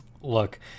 Look